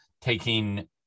taking